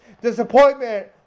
disappointment